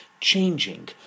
changing